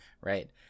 right